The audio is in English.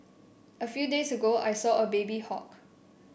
a few days ago I saw a baby hawk